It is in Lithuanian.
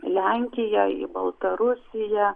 lenkiją į baltarusiją